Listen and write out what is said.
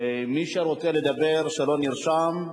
מי שרוצה לדבר ולא נרשם,